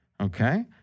Okay